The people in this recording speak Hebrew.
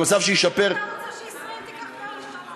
למצב שישפר, אתה רוצה שישראל תיקח בעלות על עזה.